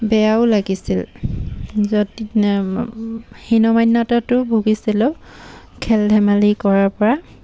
বেয়াও লাগিছিল য'ত হীনমন্যতাটো ভুগিছিলোঁ খেল ধেমালি কৰাৰ পৰা